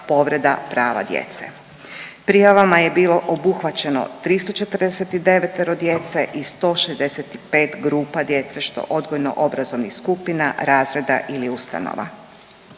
povreda prava djece. Prijavama je bilo obuhvaćeno 349 djece i 165 grupa djece što odgojno obrazovnih skupina, razreda ili ustanova.